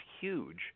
huge